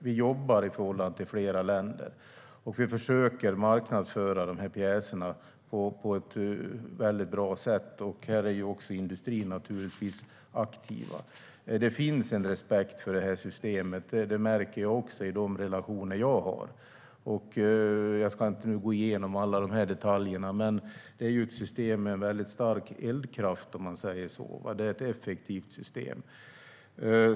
Vi jobbar i förhållande till flera länder och försöker marknadsföra de här pjäserna på ett bra sätt. Här är industrin naturligtvis också aktiv. Det finns en respekt för det här systemet; det märker jag i de relationer jag har. Jag ska inte gå igenom alla detaljer nu, men det är ett system med mycket stark eldkraft. Det är ett effektivt system.